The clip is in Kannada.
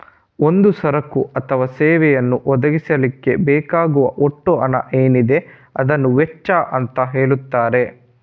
ಒಂದು ಸರಕು ಅಥವಾ ಸೇವೆಯನ್ನ ಒದಗಿಸ್ಲಿಕ್ಕೆ ಬೇಕಾಗುವ ಒಟ್ಟು ಹಣ ಏನಿದೆ ಅದನ್ನ ವೆಚ್ಚ ಅಂತ ಹೇಳ್ತಾರೆ